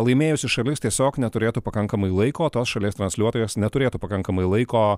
laimėjusi šalis tiesiog neturėtų pakankamai laiko tos šalies transliuotojas neturėtų pakankamai laiko